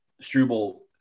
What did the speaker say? Struble